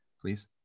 Please